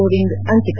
Kovind Ankita